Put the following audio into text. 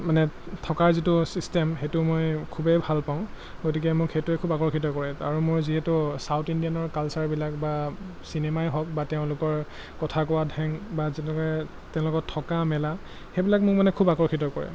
মানে থকাৰ যিটো ছিষ্টেম সেইটো মই খুবেই ভাল পাওঁ গতিকে মোক সেইটোৱে খুব আকৰ্ষিত কৰে আৰু মোৰ যিহেতু ছাউথ ইণ্ডিয়ানৰ কালচাৰবিলাক বা চিনেমাই হওক বা তেওঁলোকৰ কথা কোৱা ঢং বা যেনেকৈ তেওঁলোকৰ থকা মেলা সেইবিলাক মোক মানে খুব আকৰ্ষিত কৰে